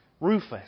Rufus